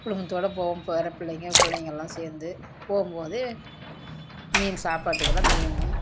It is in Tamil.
குடும்பத்தோடு போவோம் பேர பிள்ளைங்க பிள்ளைங்கள்லாம் சேர்ந்து போகும்போது மீன் சாப்பாட்டுக்கெலாம் மீன்